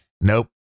nope